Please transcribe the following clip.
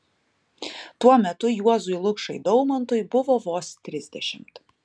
tuo metu juozui lukšai daumantui buvo vos trisdešimt